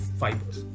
fibers।